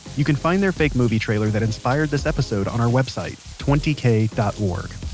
you can find their fake movie trailer that inspired this episode on our website, twenty k dot org.